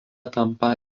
tampa